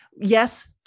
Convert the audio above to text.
yes